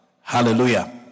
Hallelujah